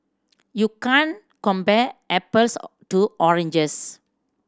you can compare apples to oranges